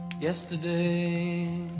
Yesterday